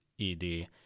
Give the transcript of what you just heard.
ED